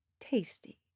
tasty